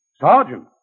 Sergeant